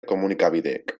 komunikabideek